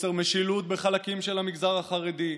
חוסר משילות בחלקים של המגזר החרדי,